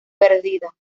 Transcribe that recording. perdida